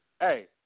Hey